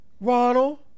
Ronald